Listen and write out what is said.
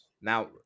Now